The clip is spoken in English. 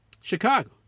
Chicago